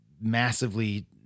massively